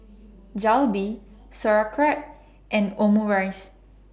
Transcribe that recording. Jalebi Sauerkraut and Omurice